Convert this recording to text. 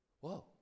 Whoa